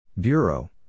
Bureau